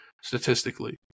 statistically